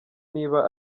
niba